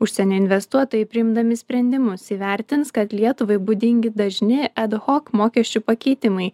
užsienio investuotojai priimdami sprendimus įvertins kad lietuvai būdingi dažni edhok mokesčių pakeitimai